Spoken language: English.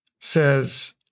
says